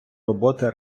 роботи